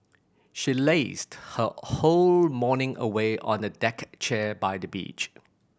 she lazed her whole morning away on a deck chair by the beach